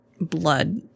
blood